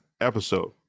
episode